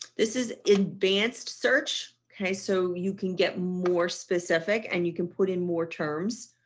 this is advanced search. okay, so you can get more specific and you can put in more terms.